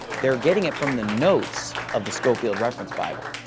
they are getting it from the notes of the scofield reference bible.